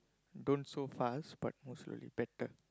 don't so fast but move slowly better